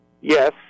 yes